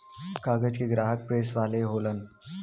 कागज के ग्राहक प्रेस वाले होलन